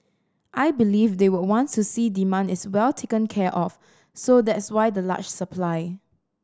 I believe they would want to see demand is well taken care of so that's why the large supply